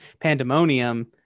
pandemonium